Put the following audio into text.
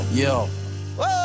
yo